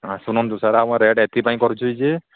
ଶୁଣନ୍ତୁ ସାର୍ ଆମ ରେଟ୍ ଏଥି ପାଇଁ କରୁଛି ଯେ